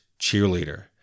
cheerleader